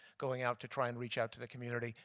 going out to try and reach out to the community,